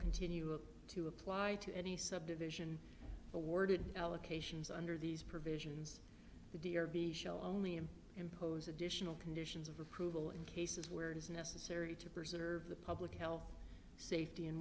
continue to apply to any subdivision awarded allocations under these provisions the d r v shall only and impose additional conditions of approval in cases where it is necessary to preserve the public health safety